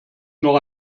noch